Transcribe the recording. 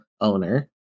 owner